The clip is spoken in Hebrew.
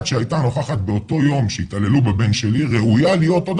אני אתן לך עוד